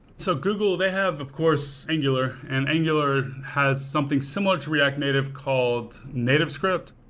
so google, they have, of course, angular. and angular has something similar to react native called native script.